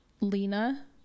Lena